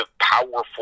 powerful